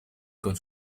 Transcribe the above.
con